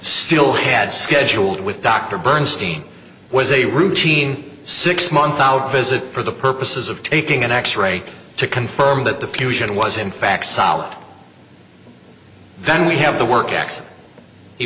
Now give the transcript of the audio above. still had scheduled with dr bernstein was a routine six month out visit for the purposes of taking an x ray to confirm that the fusion was in fact solid then we have the work